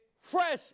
fresh